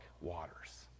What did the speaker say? waters